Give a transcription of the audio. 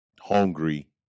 hungry